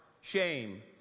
Shame